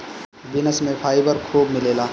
beans में fibre खूब मिलेला